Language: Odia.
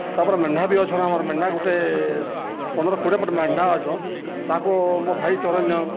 ତା'ପରେ ମେଣ୍ଢା ବି ଅଛନ୍ ଆମର୍ ମେଣ୍ଢା ଗୁଟେ ପନ୍ଦ୍ର କୋଡ଼ିଏ ପଟ୍ ମେଣ୍ଢା ଅଛନ୍ ତାକୁ ମୋ ଭାଇ ଚରେଇ ନିଅନ୍